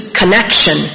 connection